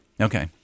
Okay